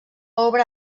obra